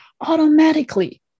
automatically